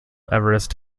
everest